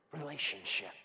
relationship